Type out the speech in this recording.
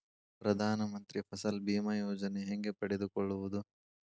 ಪ್ರಧಾನ ಮಂತ್ರಿ ಫಸಲ್ ಭೇಮಾ ಯೋಜನೆ ಹೆಂಗೆ ಪಡೆದುಕೊಳ್ಳುವುದು?